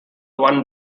one